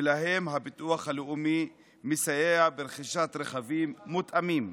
ולהם הביטוח הלאומי מסייע ברכישת רכבים מותאמים,